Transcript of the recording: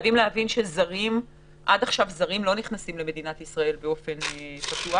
חייבים להבין שעד עכשיו זרים לא נכנסים למדינת ישראל באופן פתוח.